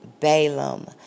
Balaam